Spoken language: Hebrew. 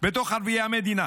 בתוך ערביי המדינה